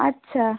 আচ্ছা